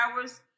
hours